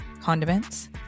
condiments